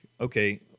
okay